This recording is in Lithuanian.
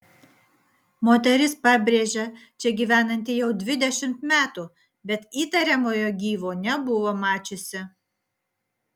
moteris pabrėžia čia gyvenanti jau dvidešimt metų bet įtariamojo gyvo nebuvo mačiusi